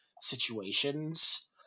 situations